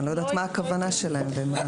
אני לא יודעת מה הכוונה שלהם באמת.